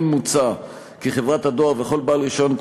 כן מוצע כי חברת הדואר וכל בעל רישיון,